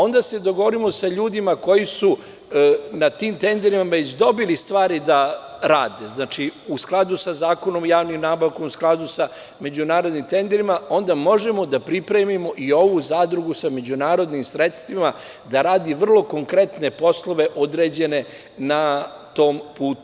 Onda se dogovorimo sa ljudima koji su na tim tenderima već dobili stvari da rade, znači u skladu sa Zakonom o javnim nabavkama, u skladu sa međunarodnim tenderima, onda možemo da pripremimo i ovu zadrugu sa međunarodnim sredstvima da radi vrlo konkretne poslove određene na tom putu.